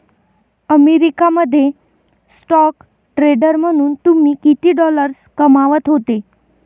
America मध्ये stock trader म्हणून तुम्ही किती डॉलर्स कमावत होते